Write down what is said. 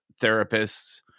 therapists